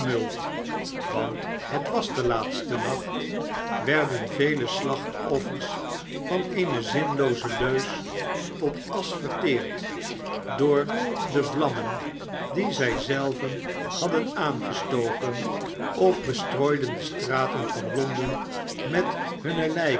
want het was de laatste nacht werden vele slachtoffers van eene zinnelooze i ll f d door de vlammen die zij zelven hadden aangestoken of bestrooiden de straten van londen met hunne